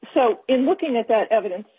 so in looking at that evidence